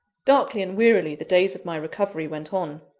darkly and wearily the days of my recovery went on.